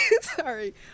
sorry